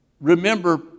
Remember